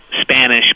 Spanish